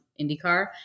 IndyCar